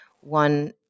one